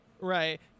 right